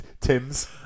Tim's